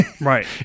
Right